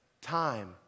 time